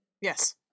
Yes